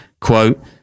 Quote